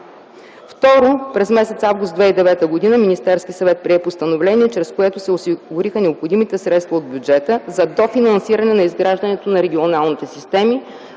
Второ, през м. август 2009 г. Министерският съвет прие постановление, чрез което се осигуриха необходимите средства от бюджета за дофинансиране на изграждането на регионални системи.